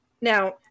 Now